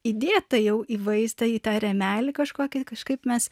įdėta jau į vaiztą į tą rėmelį kažkokį kažkaip mes